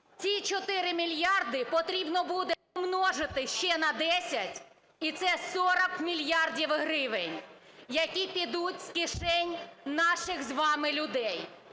ці 4 мільярди потрібно буде помножити ще на 10, і це 40 мільярдів гривень, які підуть з кишень наших з вами людей.